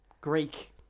Greek